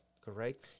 correct